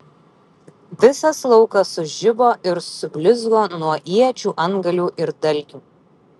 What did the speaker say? visas laukas sužibo ir sublizgo nuo iečių antgalių ir dalgių